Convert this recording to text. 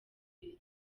iri